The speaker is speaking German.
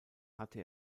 hatte